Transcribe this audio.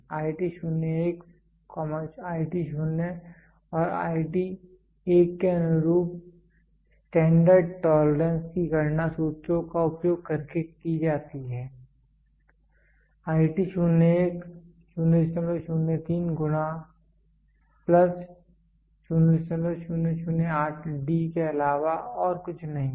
IT01 IT0 और IT 1 के अनुरूप स्टैंडर्ड टोलरेंस की गणना सूत्रों का उपयोग करके की जाती है IT 01 003 गुना प्लस 0008D के अलावा और कुछ नहीं है